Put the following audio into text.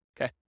Okay